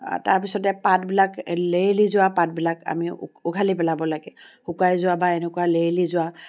তাৰপিছতে পাতবিলাক লেৰেলি যোৱা পাতবিলাক আমি উঘালি পেলাব লাগে শুকাই যোৱা বা এনেকুৱা লেৰেলি যোৱা